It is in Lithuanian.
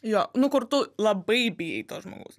jo nu kur tu labai bijai to žmogus